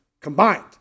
combined